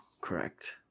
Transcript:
correct